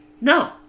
No